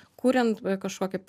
kuriant kažkokį